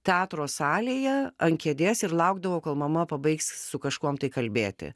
teatro salėje ant kėdės ir laukdavau kol mama pabaigs su kažkuom tai kalbėti